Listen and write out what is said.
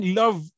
love